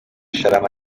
sharama